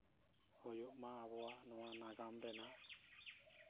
ᱦᱩᱭᱩᱜ ᱢᱟ ᱟᱵᱚᱣᱟᱜ ᱱᱚᱣᱟ ᱱᱟᱜᱟᱢ ᱨᱮᱱᱟᱜ